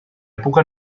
època